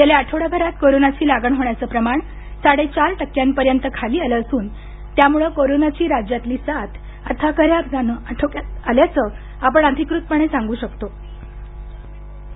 गेल्या आठवडाभरात कोरोनाची लागण होण्याचं प्रमाण साडेचार टक्क्यांपर्यंत खाली आलं असून त्यामुळं कोरोनाची राज्यातील साथ आता खऱ्या अर्थानं आटोक्यात आल्याचं आपण अधिकृतपणे सांगू शकतो असं डॉ